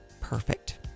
perfect